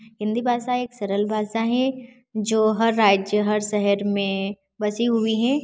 हिंदी भाषा एक सरल भाषा है जो हर राज्य हर शहर में बसी हुई है